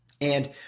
And-